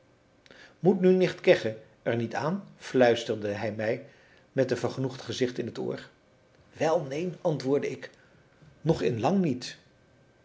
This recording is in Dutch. moet nu nicht kegge er niet aan fluisterde hij mij met een vergenoegd gezicht in t oor wel neen antwoordde ik nog in lang niet